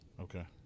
Okay